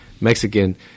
Mexican